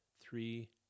three